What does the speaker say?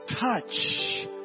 touch